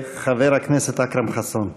חבר הכנסת אכרם חסון.